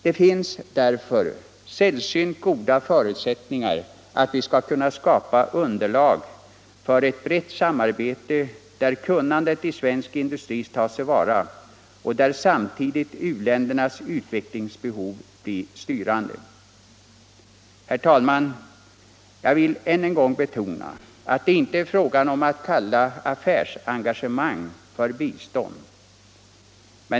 Det finns därför sällsynt goda förutsättningar för att vi skall kunna skapa underlag för ett brett samarbete, där kunnandet inom svensk industri tas till vara och där samtidigt u-ländernas utvecklingsbehov blir styrande. Herr talman! Jag vill än en gång betona att det inte är fråga om att kalla ett affärsengagemang för bistånd.